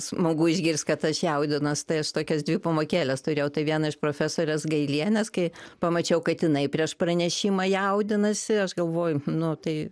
smagu išgirst kad aš jaudinuos tai aš tokias dvi pamokėles turėjau tai vieną iš profesorės gailienės kai pamačiau kad jinai prieš pranešimą jaudinasi aš galvoju nu tai